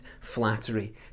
flattery